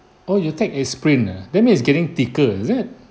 oh you take aspirin ah that means it's getting thicker is it